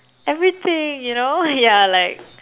everything you know yeah like